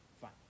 Fine